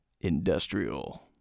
industrial